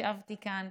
ישבתי כאן,